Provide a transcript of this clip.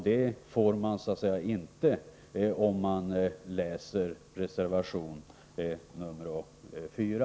Det får man inte om man läser reservation nr 4.